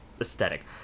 aesthetic